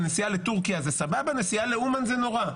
הנסיעה לטורקיה זה סבבה, נסיעה לאומן זה נורא.